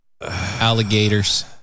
alligators